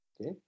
Okay